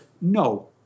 no